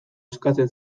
eskatzen